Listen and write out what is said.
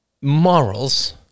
morals